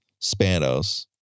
Spanos